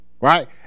Right